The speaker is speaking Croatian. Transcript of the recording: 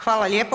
Hvala lijepo.